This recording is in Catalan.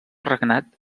regnat